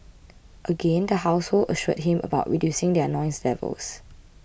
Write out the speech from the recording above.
again the household assured him about reducing their noise levels